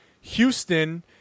Houston